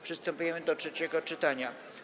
Przystępujemy do trzeciego czytania.